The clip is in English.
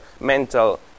mental